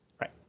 Right